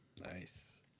Nice